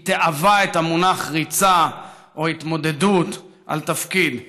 היא תיעבה את המונח ריצה או התמודדות על תפקיד.